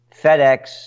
FedEx